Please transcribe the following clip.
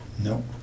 No